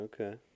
Okay